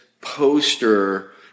poster